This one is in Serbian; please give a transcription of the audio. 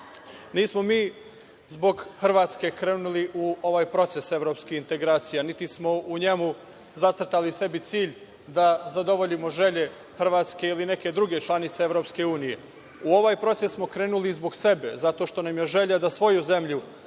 mi zbog Hrvatske krenuli u ovaj proces evropskih integracija, niti smo u njemu zacrtali sebi cilj da zadovoljimo želje Hrvatske ili neke druge članice EU. U ovaj proces smo krenuli zbog sebe, zato što nam je želja da svoju zemlju